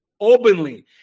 openly